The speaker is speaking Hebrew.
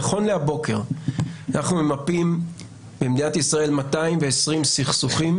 נכון לבוקר זה אנחנו ממפים במדינת ישראל 220 סכסוכים